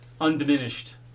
undiminished